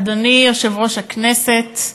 אדוני יושב-ראש הכנסת,